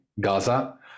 gaza